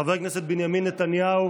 חבר הכנסת בנימין נתניהו